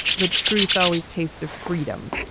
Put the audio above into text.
the truth always tastes of freedom.